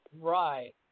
Right